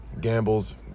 Gamble's